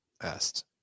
Asked